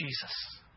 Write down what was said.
Jesus